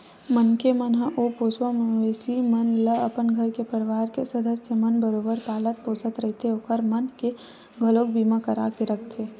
मनखे मन ह ओ पोसवा मवेशी मन ल अपन घर के परवार के सदस्य मन बरोबर पालत पोसत रहिथे ओखर मन के घलोक बीमा करा के रखथे